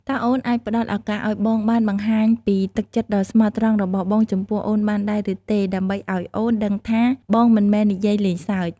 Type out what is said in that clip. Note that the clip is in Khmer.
តើអូនអាចផ្តល់ឱកាសឱ្យបងបានបង្ហាញពីទឹកចិត្តដ៏ស្មោះត្រង់របស់បងចំពោះអូនបានដែរឬទេ ដើម្បីឱ្យអូនដឹងថាបងមិនមែននិយាយលេងសើច?